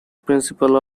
principle